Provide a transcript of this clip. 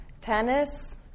tennis